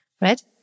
Right